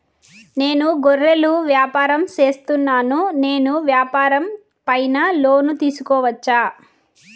నేను గొర్రెలు వ్యాపారం సేస్తున్నాను, నేను వ్యాపారం పైన లోను తీసుకోవచ్చా?